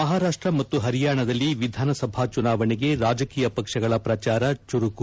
ಮಹಾರಾಷ್ಷ ಮತ್ತು ಹರಿಯಾಣದಲ್ಲಿ ವಿಧಾನಸಭಾ ಚುನಾವಣೆಗೆ ರಾಜಕೀಯ ಪಕ್ಷಗಳ ಪ್ರಚಾರ ಚುರುಕು